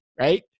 right